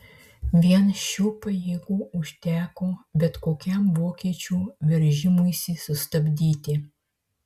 vien šių pajėgų užteko bet kokiam vokiečių veržimuisi sustabdyti